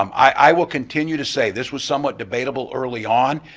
um i will continue to say, this was somewhat debatable early on,